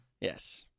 Yes